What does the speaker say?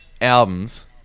albums